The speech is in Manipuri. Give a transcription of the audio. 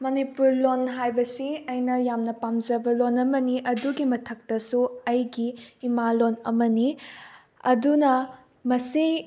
ꯃꯅꯤꯄꯨꯔ ꯂꯣꯟ ꯍꯥꯏꯕꯁꯤ ꯑꯩꯅ ꯌꯥꯝꯅ ꯄꯥꯝꯖꯕ ꯂꯣꯟ ꯑꯃꯅꯤ ꯑꯗꯨꯒꯤ ꯃꯊꯛꯇꯁꯨ ꯑꯩꯒꯤ ꯏꯃꯥ ꯂꯣꯟ ꯑꯃꯅꯤ ꯑꯗꯨꯅ ꯃꯁꯤ